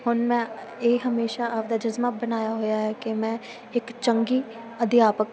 ਹੁਣ ਮੈਂ ਇਹ ਹਮੇਸ਼ਾ ਆਪਣਾ ਜਜ਼ਬਾ ਬਣਾਇਆ ਹੋਇਆ ਹੈ ਕਿ ਮੈਂ ਇੱਕ ਚੰਗੀ ਅਧਿਆਪਕ